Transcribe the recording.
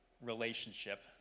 relationship